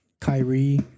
Kyrie